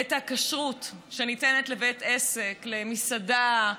את הכשרות שניתנת לבית עסק, למסעדה,